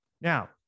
Now